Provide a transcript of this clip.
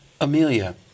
Amelia